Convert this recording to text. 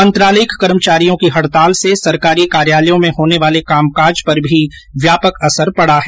मंत्रालयिक कर्मचारियों की हड़ताल से सरकारी कार्यालयों में होने वाले कामकाज पर भी व्यापक असर पडा है